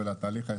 מאזן גנאים,